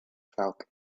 falcon